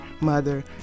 mother